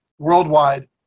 worldwide